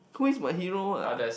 who is my hero ah